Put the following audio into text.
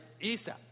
Isa